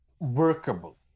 workable